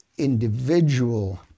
individual